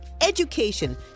education